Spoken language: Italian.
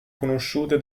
conosciute